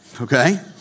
Okay